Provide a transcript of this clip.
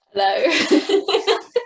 Hello